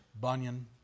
Bunyan